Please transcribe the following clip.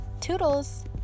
toodles